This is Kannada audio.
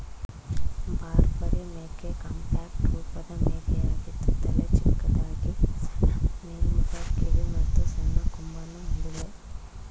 ಬಾರ್ಬರಿ ಮೇಕೆ ಕಾಂಪ್ಯಾಕ್ಟ್ ರೂಪದ ಮೇಕೆಯಾಗಿದ್ದು ತಲೆ ಚಿಕ್ಕದಾಗಿ ಸಣ್ಣ ಮೇಲ್ಮುಖ ಕಿವಿ ಮತ್ತು ಸಣ್ಣ ಕೊಂಬನ್ನು ಹೊಂದಿದೆ